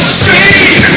Street